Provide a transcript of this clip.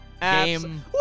game